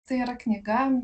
tai yra knyga